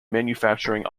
manufacturing